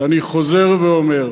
ואני חוזר ואומר: